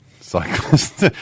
cyclist